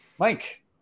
Mike